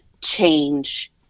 change